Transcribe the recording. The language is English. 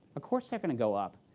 ah course they're going to go up.